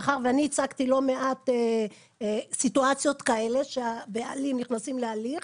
מאחר ואני ייצגתי לא מעט סיטואציות כאלה שהבעלים נכנסים להליך,